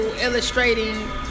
illustrating